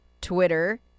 Twitter